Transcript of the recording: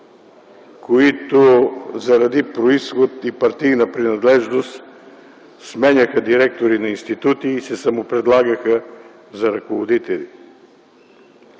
които, заради произход и партийна принадлежност, сменяха директори на институти и се самопредлагаха за ръководители.